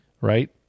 right